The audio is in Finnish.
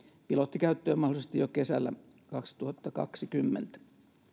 pilottikäyttöön mahdollisesti jo kesällä kaksituhattakaksikymmentä